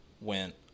went